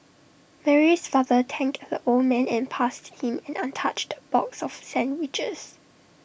Mary's father thanked the old man and passed him an untouched box of sandwiches